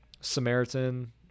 Samaritan